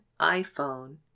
iPhone